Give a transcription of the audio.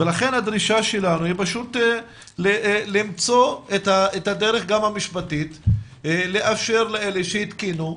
לכן הדרישה שלנו היא למצוא גם את הדרך המשפטית לאפשר לאלה שהתקינו,